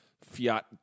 Fiat